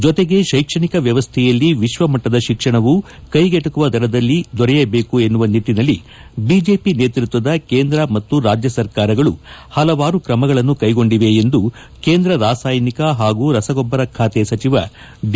ಜೊತೆಗೆ ಶೈಕ್ಷಣಿಕ ವ್ಯವಸ್ಥೆಯಲ್ಲಿ ವಿಕ್ಷಮಟ್ಟದ ಶಿಕ್ಷಣವೂ ಕೈಗೆಟಕುವ ರೀತಿಯಲ್ಲಿ ದೊರೆಯದೇಕು ಎನ್ನುವ ನಿಟ್ಟನಲ್ಲಿ ಬಿಜೆಪಿ ನೇತೃತ್ವದ ಕೇಂದ್ರ ಮತ್ತು ರಾಜ್ಯ ಸರ್ಕಾರಗಳು ಹಲವಾರು ಕ್ರಮಗಳನ್ನು ಕೈಗೊಂಡಿವೆ ಎಂದು ಕೇಂದ್ರ ರಾಸಾಯಿನಿಕ ಹಾಗೂ ರಸಗೊಬ್ಬರ ಖಾತೆ ಸಚಿವ ಡಿ